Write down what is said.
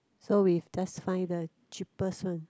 so we just find the cheapest one